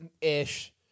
ish